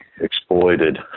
exploited